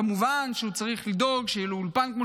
כמובן צריך לדאוג שיהיה לו אולפן כמו